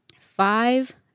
five